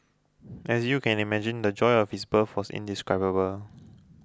as you can imagine the joy of his birth was indescribable